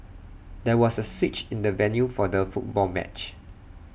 there was A switch in the venue for the football match